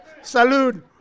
Salud